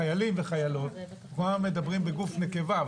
חיילים וחיילות אנחנו מדברים בגוף נקבה,